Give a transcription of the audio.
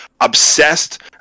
obsessed